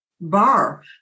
bar